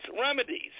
remedies